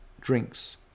drinks